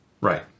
Right